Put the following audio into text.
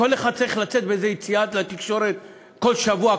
כל אחד צריך לצאת באיזה יציאה לתקשורת כל שבוע,